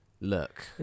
Look